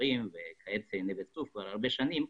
עופרים וכעת נווה צוף כבר הרבה שנים,